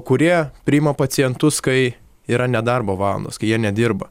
kurie priima pacientus kai yra nedarbo valandos kai jie nedirba